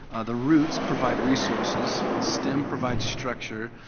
the roots provide resources. the stem provides structure.